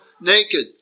naked